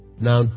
now